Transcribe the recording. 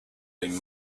been